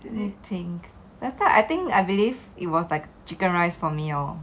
that time I think I believe it was chicken rice for me lor